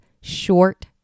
short